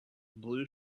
blue